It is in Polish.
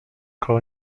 koło